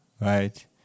Right